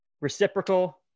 reciprocal